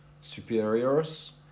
superiors